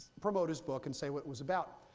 promote his book and say what it was about.